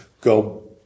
go